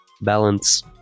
balance